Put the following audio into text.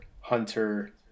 Hunter